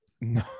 No